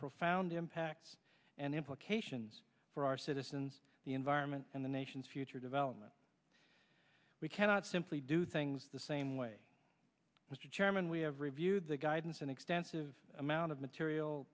profound impacts and implications for our citizens the environment and the nation's future development we cannot simply do things the same way mr chairman we have reviewed the guidance an extensive amount of material